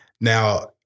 now